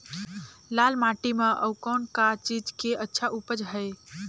लाल माटी म अउ कौन का चीज के अच्छा उपज है?